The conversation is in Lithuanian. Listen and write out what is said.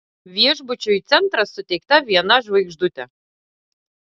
viešbučiui centras suteikta viena žvaigždutė